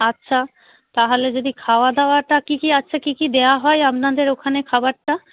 আচ্ছা তাহলে যদি খাওয়া দাওয়াটা কি কি আছে কি কি দেওয়া হয় আপনাদের ওখানে খাবারটা